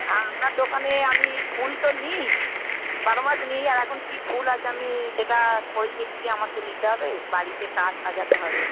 হ্যাঁ আপনার দোকানে আমি ফুল তো নিই বারো মাস নিই আর এখন কী ফুল আছে আমি সেটা খোঁজ নিচ্ছি আমার তো নিতে হবে বাড়িতে কাজ সাজাতে হবে